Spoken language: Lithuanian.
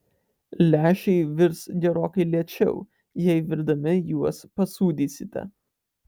lęšiai virs gerokai lėčiau jei virdami juos pasūdysite